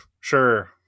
Sure